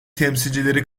temsilcileri